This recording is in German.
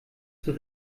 zur